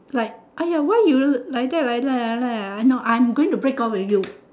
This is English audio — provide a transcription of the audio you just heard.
like !aiya! why you like that like that lie that ah no I'm going to break off with you